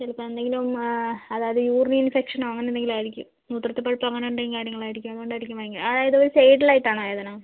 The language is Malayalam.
ചിലപ്പോൾ എന്തെങ്കിലും അതായത് യൂറിൻ ഇൻഫെക്ഷനോ അങ്ങനെ എന്തെങ്കിലും ആയിരിക്കും മൂത്രത്തിൽ പഴുപ്പോ അങ്ങനെ എന്തെങ്കിലും കാര്യങ്ങളായിരിക്കും അതുകൊണ്ടായിരിക്കും ഭയങ്കര അതായത് ഒരു സൈഡിലായിട്ടാണോ വേദന